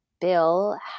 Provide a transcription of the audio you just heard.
Bill